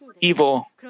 evil